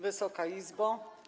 Wysoka Izbo!